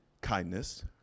kindness